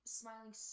smiling